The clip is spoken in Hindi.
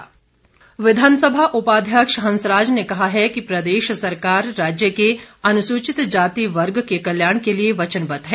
हंसराज विधानसभा उपाध्यक्ष हंसराज ने कहा है कि प्रदेश सरकार राज्य के अनुसूचितजाति वर्ग के कल्याण के लिए वचनबद्ध है